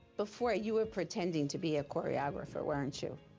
before, you were pretending to be a choreographer, weren't you?